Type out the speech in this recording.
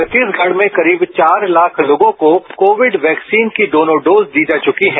छत्तीसगढ़ में करीब चार लाख लोगों को कोविड वैक्सीन की दोनों डोज दी जा चुकी है